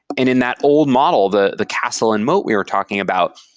and in that old model, the the castle and moat we were talking about,